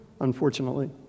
unfortunately